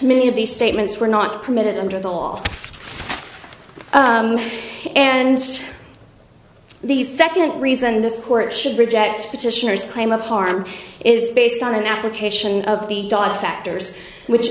many of these statements were not permitted under the law and the second reason this court should reject petitioners claim of harm is based on an application of the dog factors which